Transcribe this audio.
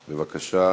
בבקשה.